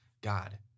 God